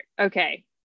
Okay